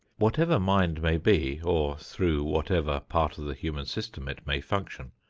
whatever mind may be, or through whatever part of the human system it may function,